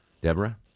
Deborah